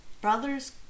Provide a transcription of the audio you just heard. Brothers